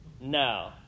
No